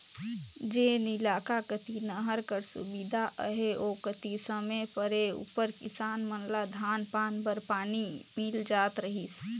जेन इलाका कती नहर कर सुबिधा अहे ओ कती समे परे उपर किसान मन ल धान पान बर पानी मिल जात रहिस